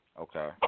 Okay